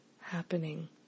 happening